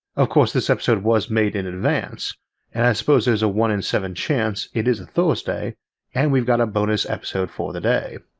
of course this episode was made in advance and i suppose there's a one in seven chance it is a thursday and we've got a bonus episode for the day.